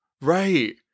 right